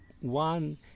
one